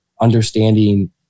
understanding